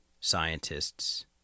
scientists